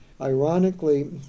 Ironically